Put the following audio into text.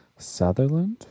Sutherland